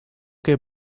que